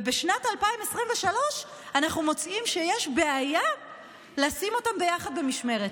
ובשנת 2023 אנחנו מוצאים שיש בעיה לשים אותם ביחד במשמרת.